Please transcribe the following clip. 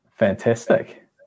Fantastic